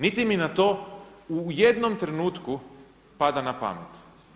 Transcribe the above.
Niti mi na to niti u jednom trenutku pada na pamet.